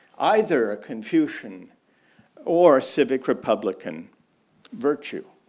either a confucian or civic republican virtue.